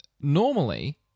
normally